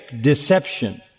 deception